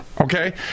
okay